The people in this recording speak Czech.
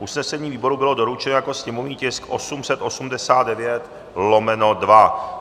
Usnesení výboru bylo doručeno jako sněmovní tisk 889/2.